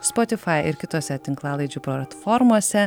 spotify ir kitose tinklalaidžių platformose